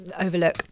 overlook